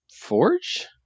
Forge